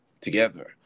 together